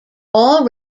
all